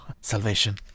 Salvation